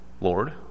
Lord